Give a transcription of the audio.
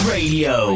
Radio